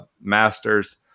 Masters